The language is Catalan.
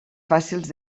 fàcils